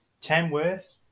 Tamworth